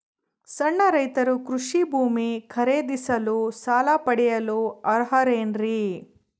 ಸಣ್ಣ ರೈತರು ಕೃಷಿ ಭೂಮಿ ಖರೇದಿಸಲು ಸಾಲ ಪಡೆಯಲು ಅರ್ಹರೇನ್ರಿ?